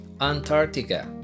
Antarctica